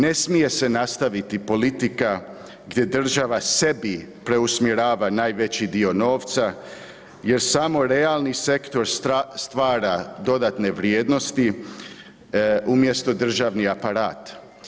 Ne smije se nastaviti politika gdje država sebi preusmjerava najveći dio novca jer samo realni sektor stvara dodatne vrijednosti umjesto državni aparat.